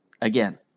Again